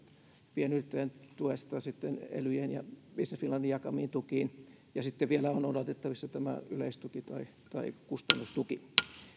pienyrittäjien tuesta sitten elyjen ja business finlandin jakamiin tukiin ja sitten vielä on odotettavissa tämä yleistuki tai tai kustannustuki